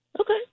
Okay